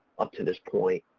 up to this point.